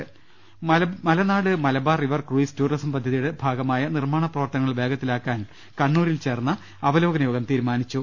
രുട്ട്ട്ട്ട്ട്ട്ട്ട Malanad Malabar river cruise tourism പദ്ധതിയുടെ ഭാഗമായ നി ർമാണ പ്രവർത്തനങ്ങൾ വേഗത്തിലാക്കാൻ കണ്ണൂരിൽ ചേർന്ന അവലോ കന യോഗം തീരുമാനിച്ചു